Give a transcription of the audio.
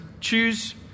choose